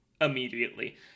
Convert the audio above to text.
immediately